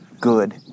good